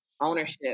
ownership